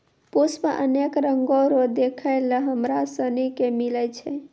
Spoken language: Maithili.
पुष्प अनेक रंगो रो देखै लै हमरा सनी के मिलै छै